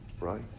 right